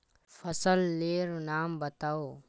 फसल लेर नाम बाताउ?